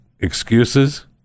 Excuses